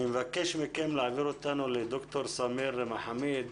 אני מבקש להעביר אותנו לדוקטור סמיר מחאמיד,